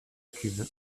cuve